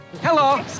Hello